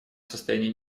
состояние